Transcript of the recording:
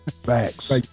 Facts